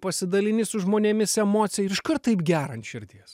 pasidalini su žmonėmis emocija ir iškart taip gera ant širdies